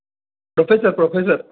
professor professor